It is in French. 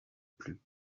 plus